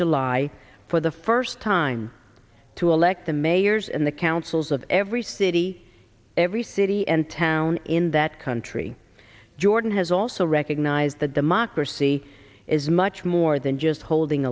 july for the first time to elect the mayors and the councils of every city every city and town in that country jordan has also recognized the democracy is much more than just holding